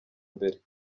mbere